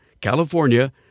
California